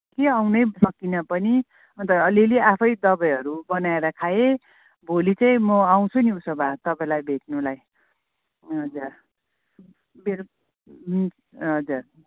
कि आउनै सकिनँ पनि अनि त अलि अलि आफै दबाईहरू बनाएर खाएँ भोलि चाहिँ म आउँछु नि उसोभए तपाईँलाई भेट्नलाई हजुर बेल हजुर